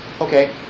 Okay